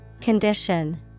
Condition